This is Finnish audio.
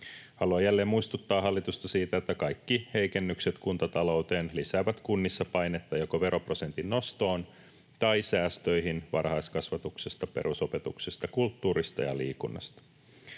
Haluan jälleen muistuttaa hallitusta siitä, että kaikki heikennykset kuntatalouteen lisäävät kunnissa painetta joko veroprosentin nostoon tai säästöihin varhaiskasvatuksesta, perusopetuksesta, kulttuurista ja liikunnasta.